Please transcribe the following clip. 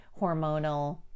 hormonal